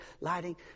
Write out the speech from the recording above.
lighting